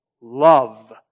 Love